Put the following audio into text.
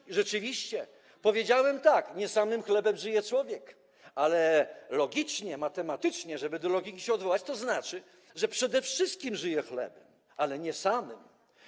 I rzeczywiście, powiedziałem tak, nie samym chlebem żyje człowiek, ale logicznie, matematycznie, żeby do logiki się odwołać, znaczy to, że przede wszystkim żyje chlebem, ale nie samym.